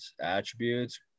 attributes